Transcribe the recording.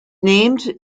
named